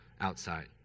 outside